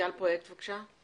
גל פרויקט, בבקשה.